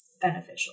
beneficial